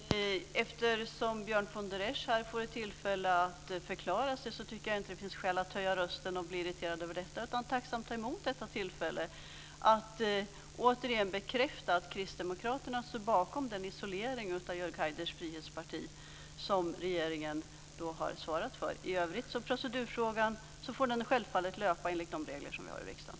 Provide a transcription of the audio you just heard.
Herr talman! Eftersom Björn von der Esch nu får tillfälle att förklara sig finns det inte skäl att höja rösten utan i stället att tacksamt ta emot tillfället. Återigen bekräftas att kristdemokraterna står bakom den isolering av Jörg Haiders frihetsparti som regeringen har svarat för. Procedurfrågan får i övrigt självklart löpa enligt de regler som finns i riksdagen.